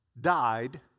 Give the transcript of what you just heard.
died